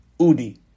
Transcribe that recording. Udi